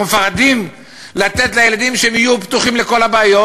אנחנו מפחדים לתת לילדים להיות פתוחים לכל הבעיות,